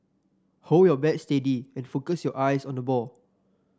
hold your bat steady and focus your eyes on the ball